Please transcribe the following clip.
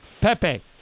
Pepe